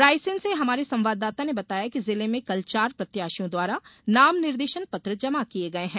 रायसेन से हमारे संवाददाता ने बताया कि जिले में कल चार प्रत्याशियों द्वारा नाम निर्देशन पत्र जमा किये गये हैं